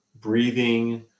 breathing